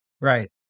Right